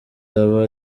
aba